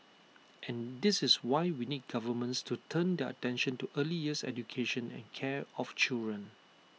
and this is why we need governments to turn their attention to early years education and care of children